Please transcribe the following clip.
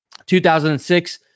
2006